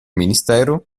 ministero